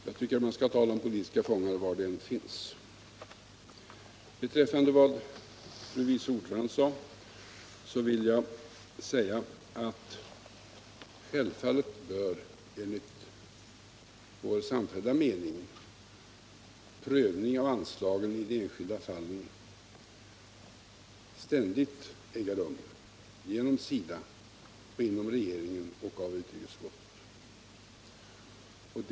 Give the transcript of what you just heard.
Jag tycker att man skall tala om politiska fångar var de än finns. Beträffande fru vice ordförandens inlägg vill jag säga att självfallet bör enligt vår samfällda mening prövning av anslagen i de enskilda fallen ständigt äga rum genom SIDA, inom regeringen och i utrikesutskottet.